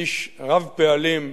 איש רב פעלים,